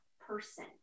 person